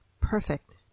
Perfect